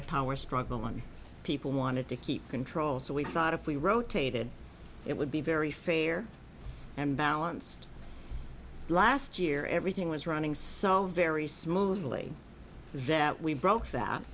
of power struggle and people wanted to keep control so we thought if we rotated it would be very fair and balanced last year everything was running so very smoothly that we broke that